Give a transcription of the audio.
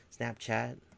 Snapchat